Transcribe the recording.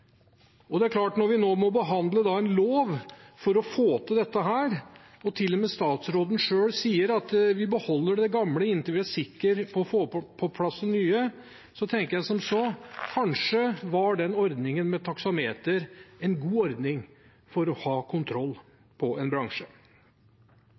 Det er klart at når vi nå må behandle en lov for å til dette, og til og med statsråden selv sier at vi beholder det gamle inntil vi er sikre på å få på plass det nye, tenker jeg som så: Kanskje var den ordningen med taksameter en god ordning for å ha kontroll